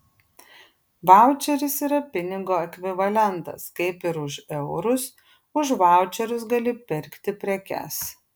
vaučeris yra pinigo ekvivalentas kaip ir už eurus už vaučerius gali pirkti prekes